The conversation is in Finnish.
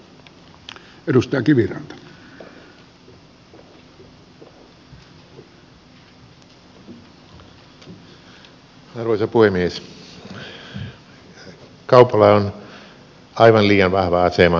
kaupalla on aivan liian vahva asema elintarvikeketjussa